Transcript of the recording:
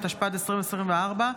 התשפ"ד 2024,